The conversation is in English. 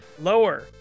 Lower